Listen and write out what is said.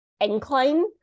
incline